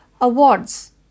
awards